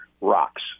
rocks